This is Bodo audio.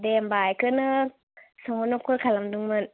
दे होनबा इखौनो सोंहरनो खल खालामदोंमोन